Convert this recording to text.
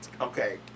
Okay